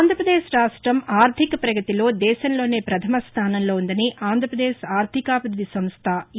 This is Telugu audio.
ఆంధ్రాపదేశ్ రాష్ట్రం ఆర్టిక ప్రగతిలో దేశంలోనే ప్రధమ స్టానంలో వుందని ఆంధ్రాపదేశ్ ఆర్టికాభివృద్ది సంస్ట ఇ